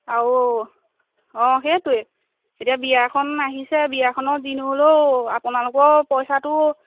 আৰু অঁ সেইটোৱে এতিয়া বিয়াখন আহিছে বিয়াখনত যি নহ'লেও আপোনালোকৰ পইচাটো